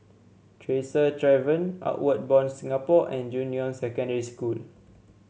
Tresor Tavern Outward Bound Singapore and Junyuan Secondary School